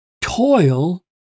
toil